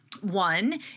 One